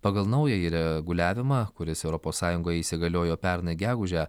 pagal naująjį reguliavimą kuris europos sąjungoje įsigaliojo pernai gegužę